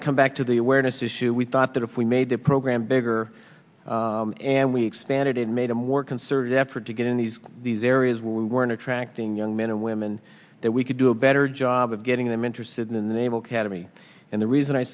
i come back to the awareness issue we thought that if we made the program bigger and we expanded it made him work concerted effort to get in these these areas where we were in attracting young men and women that we could do a better job of getting them interested in the naval academy and the reason i